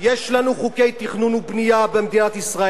יש לנו חוקי תכנון ובנייה במדינת ישראל,